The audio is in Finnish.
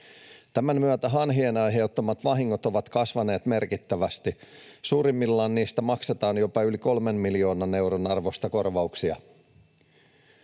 Tämän myötä hanhien aiheuttamat vahingot ovat kasvaneet merkittävästi. Suurimmillaan niistä maksetaan jopa yli kolmen miljoonan euron arvosta korvauksia.